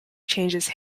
changes